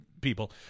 people